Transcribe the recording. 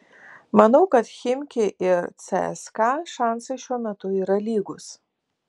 manau kad chimki ir cska šansai šiuo metu yra lygūs